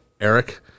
Eric